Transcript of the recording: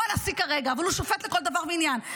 הוא הנשיא כרגע, אבל הוא שופט לכל דבר ועניין.